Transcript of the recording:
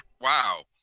Wow